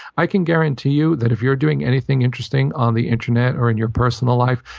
i can guarantee you that if you're doing anything interesting on the internet or in your personal life,